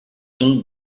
sont